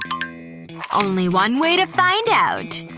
only one way to find out!